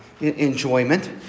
enjoyment